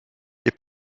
les